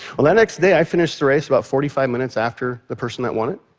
well that next day, i finished the race about forty five minutes after the person that won it.